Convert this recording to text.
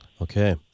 Okay